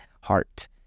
heart